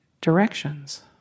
directions